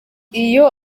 iyo